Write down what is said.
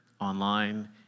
online